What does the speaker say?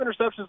interceptions